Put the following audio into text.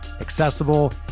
accessible